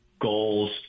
goals